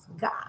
God